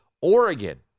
Oregon